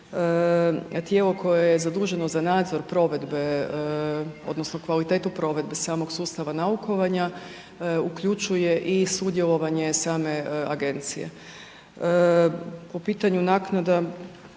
tijelo koje je zaduženo za nadzor provedbe, odnosno kvalitetu provedbe samog sustava naukovanja uključuje i sudjelovanje same agencije. Po pitanju naknada